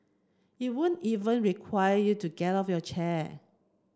it won't even require you to get out of your chair